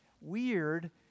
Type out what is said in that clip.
Weird